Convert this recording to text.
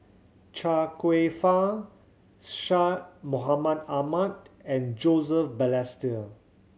Chia Kwek Fah Syed Mohamed Ahmed and Joseph Balestier